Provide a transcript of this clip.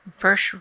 first